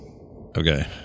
Okay